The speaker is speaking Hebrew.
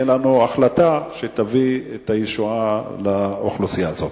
תהיה לנו החלטה שתביא את הישועה לאוכלוסייה הזאת.